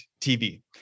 TV